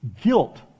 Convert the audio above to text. guilt